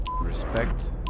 Respect